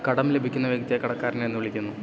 കടം ലഭിക്കുന്ന വ്യക്തിയെ കടക്കാരൻ എന്ന് വിളിക്കുന്നു